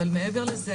אבל מעבר לזה,